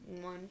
one